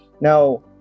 Now